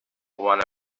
one